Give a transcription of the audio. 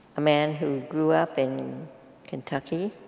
a man who grew up in kentucky